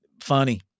funny